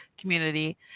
community